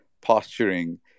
posturing